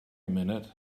minute